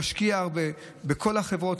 ונשקיע הרבה בכל החברות.